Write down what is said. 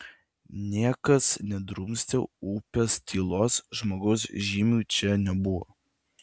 niekas nedrumstė upės tylos žmogaus žymių čia nebuvo